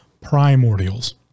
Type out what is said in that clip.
primordials